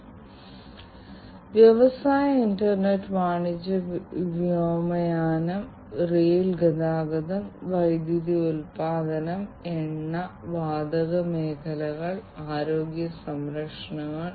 ഈ വ്യത്യസ്ത യന്ത്രങ്ങൾക്ക് അവരുടേതായ വൈവിധ്യവും വൈവിധ്യമാർന്ന ഡാറ്റയും ഉയർന്ന അളവിലും വലിയ വ്യത്യസ്ത തരം ഇനങ്ങളിലുമുള്ള ഈ വൈവിധ്യമാർന്ന ഡാറ്റയുടെ സംയോജനവും ഉണ്ട്